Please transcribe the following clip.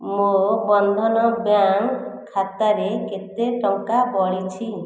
ମୋ ବନ୍ଧନ ବ୍ୟାଙ୍କ୍ ଖାତାରେ କେତେ ଟଙ୍କା ବଳିଛି